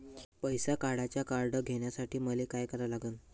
पैसा काढ्याचं कार्ड घेण्यासाठी मले काय करा लागन?